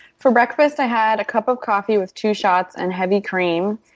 for breakfast i had a cup of coffee with two shots and heavy cream.